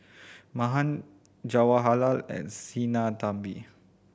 Mahan Jawaharlal and Sinnathamby